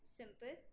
simple